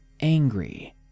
angry